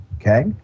Okay